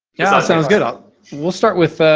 yeah, that sounds good. we'll start with,